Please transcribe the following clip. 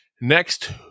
Next